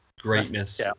greatness